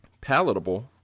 palatable